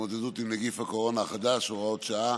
להתמודדות עם נגיף הקורונה החדש (הוראת שעה)